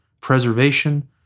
preservation